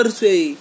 say